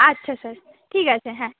আচ্ছা আচ্ছা ঠিক আছে হ্যাঁ